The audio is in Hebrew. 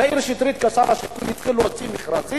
מאיר שטרית כשר השיכון התחיל להוציא מכרזים.